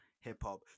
hip-hop